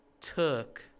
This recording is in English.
took